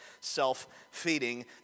self-feeding